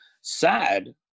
sad